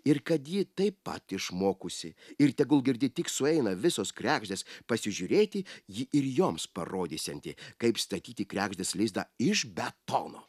ir kad ji taip pat išmokusi ir tegul girdi tik sueina visos kregždės pasižiūrėti ji ir joms parodysianti kaip statyti kregždės lizdą iš betono